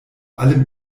allem